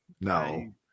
No